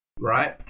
right